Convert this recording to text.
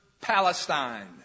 Palestine